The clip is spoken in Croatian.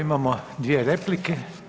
Imamo dvije replike.